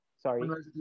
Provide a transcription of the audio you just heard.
Sorry